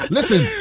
Listen